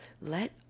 Let